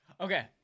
Okay